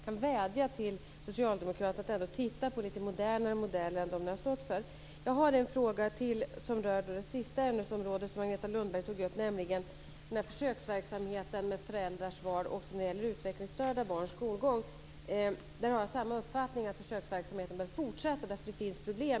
Jag vädjar till socialdemokraterna att ändå titta på lite modernare modeller än de ni har stått för. Jag har en fråga till som rör det sista ämnesområdet som Agneta Lundberg tog upp, nämligen försöksverksamheten med föräldrars val också när det gäller utvecklingsstörda barns skolgång. Där har jag samma uppfattning. Försöksverksamheten bör fortsätta, därför att det finns problem.